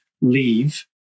leave